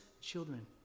children